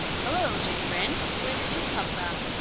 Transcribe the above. hello, jenny wren! where did you come from?